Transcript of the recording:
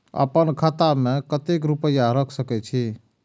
आपन खाता में केते रूपया रख सके छी?